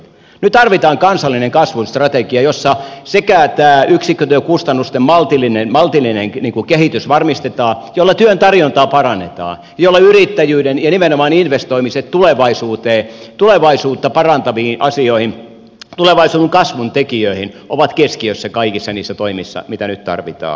nyt tarvitaan kansallinen kasvun strategia jossa yksikkötyökustannusten maltillinen kehitys varmistetaan jolla työn tarjontaa parannetaan jolla yrittäjyys ja nimenomaan investoimiset tulevaisuutta parantaviin asioihin tulevaisuuden kasvun tekijöihin ovat keskiössä kaikissa niissä toimissa mitä nyt tarvitaan